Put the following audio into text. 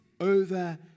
over